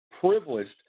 privileged